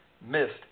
missed